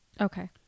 Okay